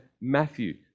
Matthew